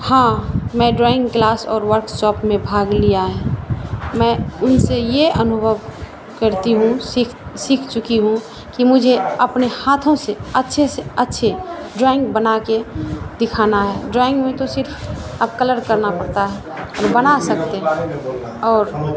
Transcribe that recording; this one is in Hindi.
हाँ मैंने ड्रॉइंग क्लास और वर्कशॉप में भाग लिया है मैं उनसे यह अनुभव करती हूँ सीख सीख चुकी हूँ कि मुझे अपने हाथों से अच्छे से अच्छे ड्रॉइंग बनाकर दिखाना है ड्रॉइंग में तो सिर्फ अब कलर करना पड़ता है हम बना सकते हैं और